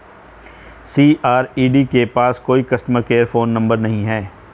CRED के पास कोई कस्टमर केयर फोन नंबर नहीं है